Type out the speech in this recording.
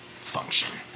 function